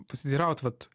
pasiteiraut vat